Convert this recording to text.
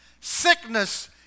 sickness